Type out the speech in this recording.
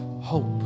hope